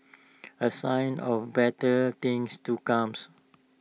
A sign of better things to comes